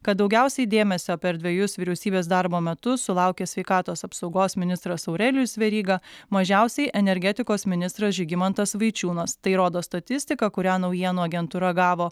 kad daugiausiai dėmesio per dvejus vyriausybės darbo metus sulaukė sveikatos apsaugos ministras aurelijus veryga mažiausiai energetikos ministras žygimantas vaičiūnas tai rodo statistika kurią naujienų agentūra gavo